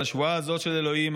על השבועה הזאת של אלוהים,